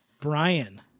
Brian